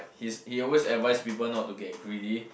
his he always advice people not to get greedy